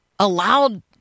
allowed